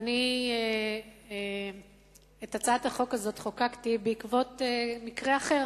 אני את הצעת החוק הזאת יזמתי בעקבות מקרה אחר,